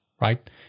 right